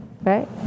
Right